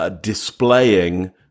displaying